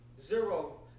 zero